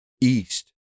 east